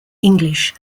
english